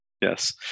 Yes